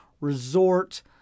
Resort